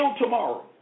tomorrow